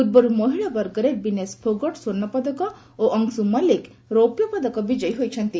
ପୂର୍ବରୁ ମହିଳା ବର୍ଗରେ ବିନେଶ ଫୋଗଟ୍ ସ୍ୱର୍ଷପଦକ ଓ ଅଂଶୁ ମଲ୍ଲିକ ରୌପ୍ୟ ପଦକ ବିଜୟୀ ହୋଇଛନ୍ତି